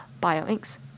bio-inks